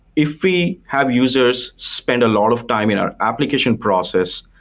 if we have users spend a lot of time in our application process,